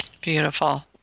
Beautiful